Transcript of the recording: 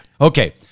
Okay